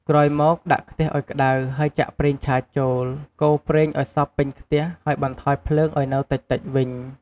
ក្រោយមក ដាក់ខ្ទះឱ្យក្តៅហើយចាក់ប្រេងឆាចូល កូរប្រេងឱ្យសព្វពេញខ្ទះហើយបន្ថយភ្លើងឱ្យនៅតិចៗវិញ។